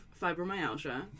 fibromyalgia